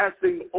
passing